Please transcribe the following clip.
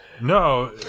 No